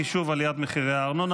חישוב עליית מחירי הארנונה),